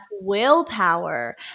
willpower